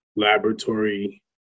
Laboratory